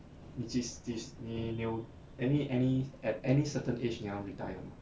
你几时几时你有 any any at any certain age 你要 retire mah